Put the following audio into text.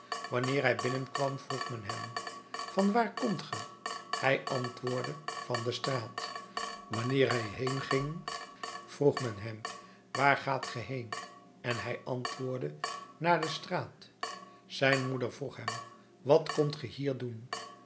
wanneer hij binnenkwam vroeg men hem van waar komt ge hij antwoordde van de straat wanneer hij heen ging vroeg men hem waar gaat ge heen en hij antwoordde naar de straat zijn moeder vroeg hem wat komt ge hier doen